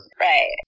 Right